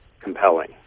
compelling